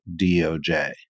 DOJ